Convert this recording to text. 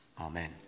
Amen